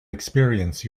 experience